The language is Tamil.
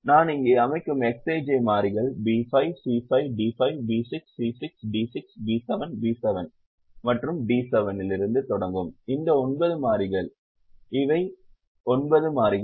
நான் இங்கே அமைக்கும் Xij மாறிகள் B5 C5 D5 B6 C6 D6 B7 B7 மற்றும் D7 இலிருந்து தொடங்கும் இந்த 9 மாறிகள் இவை 9 மாறிகள்